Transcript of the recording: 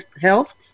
health